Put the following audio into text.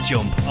Jump